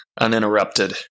uninterrupted